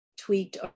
tweaked